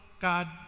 God